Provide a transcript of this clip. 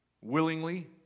willingly